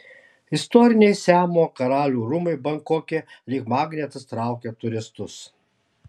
istoriniai siamo karalių rūmai bankoke lyg magnetas traukia turistus